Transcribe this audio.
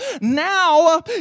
now